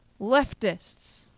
leftists